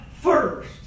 first